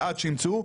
ועד שימצאו,